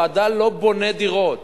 הוועדה לא בונה דירות,